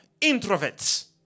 introverts